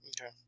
Okay